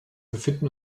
befinden